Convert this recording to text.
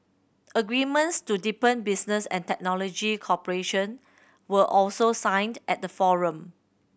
agreements to deepen business and technology cooperation were also signed at the forum